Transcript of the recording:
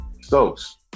Stokes